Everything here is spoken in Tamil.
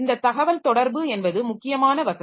இந்த தகவல்தொடர்பு என்பது முக்கியமான வசதி